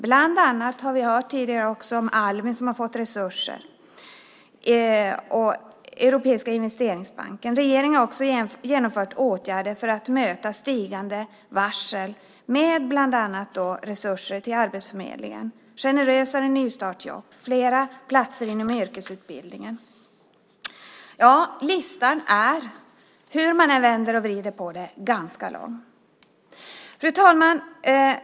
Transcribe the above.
Bland annat har vi hört om Almi som har fått ökade resurser från Europeiska investeringsbanken. Regeringen har också genomfört åtgärder för att möta det stigande antalet varsel med bland annat ökade resurser till Arbetsförmedlingen, generösare nystartsjobb och flera platser inom yrkesutbildningen. Listan är, hur man än vrider och vänder på den, ganska lång. Fru talman!